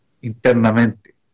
internamente